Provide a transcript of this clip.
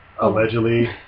allegedly